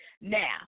Now